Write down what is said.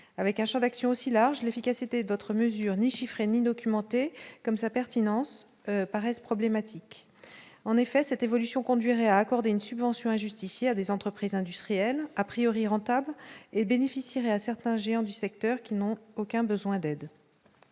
avec un Champ d'action aussi large, l'efficacité, d'autres mesures ni chiffré ni documenté comme sa pertinence paraissent problématiques, en effet, cette évolution conduirait à accorder une subvention à des entreprises industrielles, a priori, rentables et bénéficierait à certains géants du secteur, qui n'ont aucun besoin d'aide.